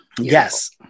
Yes